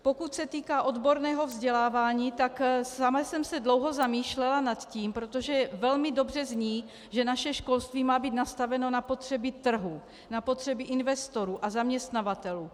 Pokud se týká odborného vzdělávání, tak sama jsem se dlouho zamýšlela nad tím protože velmi dobře zní, že naše školství má být nastaveno na potřeby trhu, na potřeby investorů a zaměstnavatelů.